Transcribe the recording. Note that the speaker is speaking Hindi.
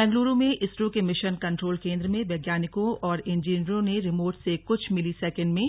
बेंगलूरू में इसरो के मिशन कन्ट्रोल केन्द्र में वैज्ञानिकों और इंजीनियरों ने रिमोट से कुछ मिली सेकेण्ड में